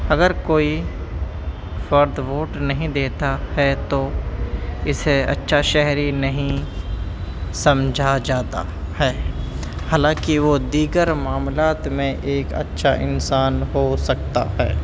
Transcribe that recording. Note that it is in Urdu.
اگر کوئی فرد ووٹ نہیں دیتا ہے تو اسے اچھا شہری نہیں سمجھا جاتا ہے حالانکہ وہ دیگر معاملات میں ایک اچھا انسان ہو سکتا ہے